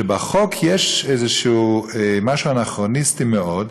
שבחוק יש משהו אנכרוניסטי מאוד,